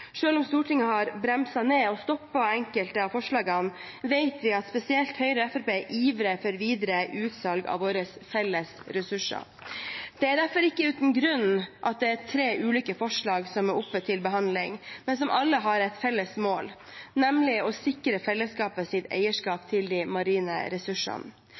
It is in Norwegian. om Stortinget har bremset ned og stoppet enkelte av forslagene, vet vi at spesielt Høyre og Fremskrittspartiet ivrer for videre utsalg av våre felles ressurser. Det er derfor ikke uten grunn at det er tre ulike forslag som er oppe til behandling, men som alle har et felles mål, nemlig å sikre fellesskapet eierskap til de marine ressursene.